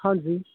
ਹਾਂਜੀ